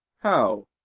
how?